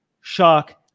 shock